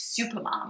supermom